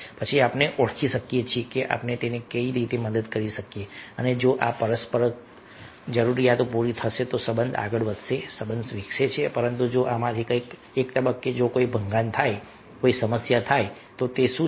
પછી આપણે ઓળખી શકીએ છીએ કે આપણે તેને કઈ રીતે મદદ કરી શકીએ અને જો આ પરસ્પર જરૂરિયાતો પૂરી થશે તો સંબંધ આગળ વધશે સંબંધ વિકસે છે પરંતુ જો આમાંથી કોઈ એક તબક્કે જો કોઈ ભંગાણ થાય જો કોઈ સમસ્યા હોય તો શું છે